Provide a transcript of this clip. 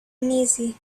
uneasy